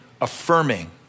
affirming